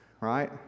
Right